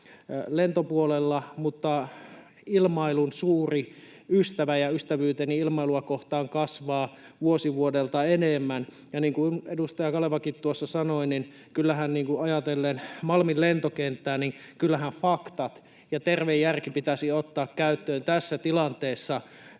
lentopuolella, mutta olen ilmailun suuri ystävä, ja ystävyyteni ilmailua kohtaan kasvaa vuosi vuodelta enemmän, ja niin kuin edustaja Kalevakin tuossa sanoi, kyllähän ajatellen Malmin lentokenttää faktat ja terve järki pitäisi ottaa käyttöön tässä tilanteessa,